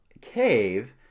cave